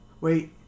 wait